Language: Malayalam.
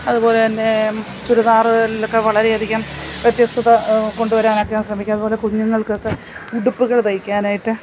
അതുപോലെ തന്നെ ചുരിദാറുകൾക്കൊക്കെ വളരെയധികം വ്യത്യസ്തത കൊണ്ട് വരാനക്കെ ഞാന് ശ്രമിക്കും അതുപോലെ കുഞ്ഞുങ്ങള്ക്കൊക്കെ ഉടുപ്പുകൾ തയ്ക്കാനായിട്ട്